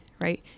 Right